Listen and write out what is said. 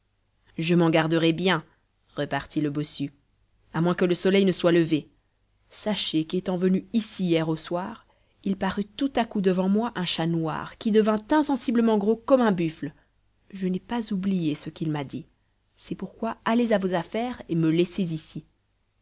je m'en garderai bien repartit le bossu à moins que le soleil ne soit levé sachez qu'étant venu ici hier au soir il parut tout à coup devant moi un chat noir qui devint insensiblement gros comme un buffle je n'ai pas oublié ce qu'il m'a dit c'est pourquoi allez à vos affaires et me laissez ici